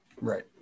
right